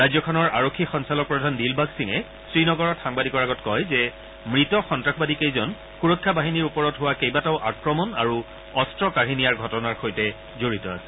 ৰাজ্যখনৰ আৰক্ষী সঞ্চালকপ্ৰধান দিলবাগ সিঙে শ্ৰীনগৰত সাংবাদিকৰ আগত কয় যে মৃত সন্তাসবাদীকেইজন সুৰক্ষা বাহিনীৰ ওপৰত হোৱা কেইবাটাও আক্ৰমন আৰু অস্ত্ৰ কাঢ়ি নিয়াৰ ঘটনাৰ সৈতে জড়িত আছিল